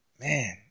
man